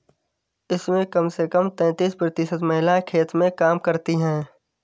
इसमें कम से कम तैंतीस प्रतिशत महिलाएं खेत में काम करती हैं